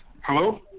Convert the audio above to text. Hello